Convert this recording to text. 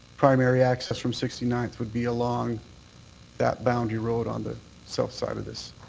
primary access from sixty ninth would be along that boundary road on the south side of this